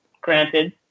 granted